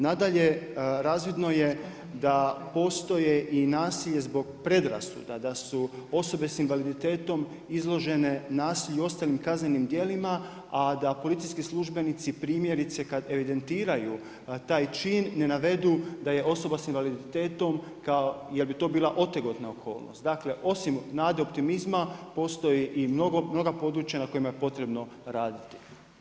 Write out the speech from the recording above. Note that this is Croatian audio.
Nadalje, razvidno je da postoji i nasilje zbog predrasuda, da su osobe s invaliditetom izložene nasilju i ostalim kaznenim djelima, a da policijski službenici primjerice kada evidentiraju taj čin ne navedu da je osoba s invaliditetom, jel bi to bila otegotna okolnost, dakle nade i optimizma postoji i mnoga područja na kojima je potrebno raditi.